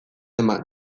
eman